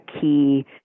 key